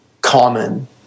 common